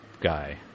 guy